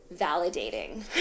validating